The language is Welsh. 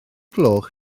gloch